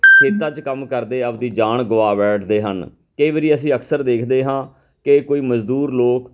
ਖੇਤਾਂ 'ਚ ਕੰਮ ਕਰਦੇ ਆਪਦੀ ਜਾਨ ਗਵਾ ਬੈਠਦੇ ਹਨ ਕਈ ਵਾਰੀ ਅਸੀਂ ਅਕਸਰ ਦੇਖਦੇ ਹਾਂ ਕਿ ਕੋਈ ਮਜ਼ਦੂਰ ਲੋਕ